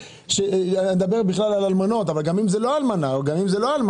אני מדבר על אלמנות אבל גם אם זאת לא אלמנות או אלמן,